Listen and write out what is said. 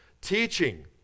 Teaching